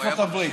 בארצות הברית?